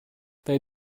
they